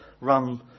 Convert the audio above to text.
run